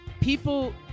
people